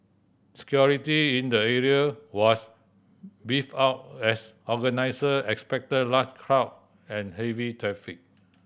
security in the area was beefed up as organiser expected large crowd and heavy traffic